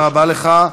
תודה רבה לך.